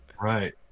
right